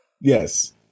Yes